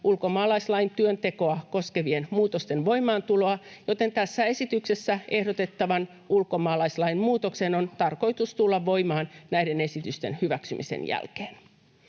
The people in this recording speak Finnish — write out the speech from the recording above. ulkomaalaislain työntekoa koskevien muutosten voimaantuloa, joten tässä esityksessä ehdotettavan ulkomaalaislain muutoksen on tarkoitus tulla voimaan näiden esitysten hyväksymisen jälkeen.